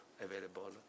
available